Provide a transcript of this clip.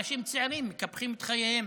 אנשים צעירים מקפחים את חייהם.